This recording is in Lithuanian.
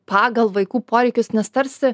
pagal vaikų poreikius nes tarsi